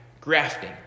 grafting